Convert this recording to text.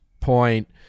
point